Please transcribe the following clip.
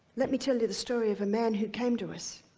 let me tell you the story of a man who came to us.